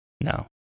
no